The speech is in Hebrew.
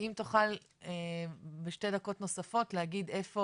אם תוכל בשתי דקות נוספות להגיד איפה